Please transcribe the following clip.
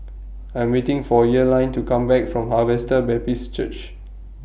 I Am waiting For Earline to Come Back from Harvester Baptist Church